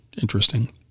interesting